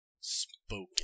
Spoken